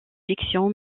fiction